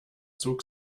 zog